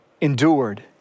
endured